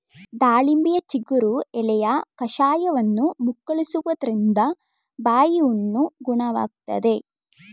ದಾಳಿಂಬೆಯ ಚಿಗುರು ಎಲೆಯ ಕಷಾಯವನ್ನು ಮುಕ್ಕಳಿಸುವುದ್ರಿಂದ ಬಾಯಿಹುಣ್ಣು ಗುಣವಾಗ್ತದೆ